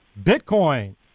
Bitcoin